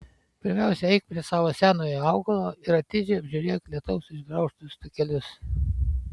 pirmiausia eik prie savo senojo augalo ir atidžiai apžiūrėk lietaus išgraužtus takelius